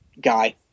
guy